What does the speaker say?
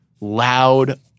loud